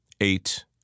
Eight